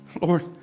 Lord